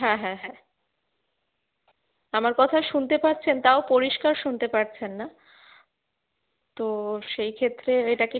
হ্যাঁ হ্যাঁ হ্যাঁ আমার কথা শুনতে পাচ্ছেন তাও পরিষ্কার শুনতে পাচ্ছেন না তো সেই ক্ষেত্রে এটা কি